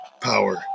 power